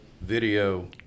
video